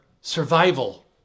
survival